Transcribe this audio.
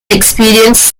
experienced